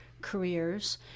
careers